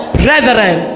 brethren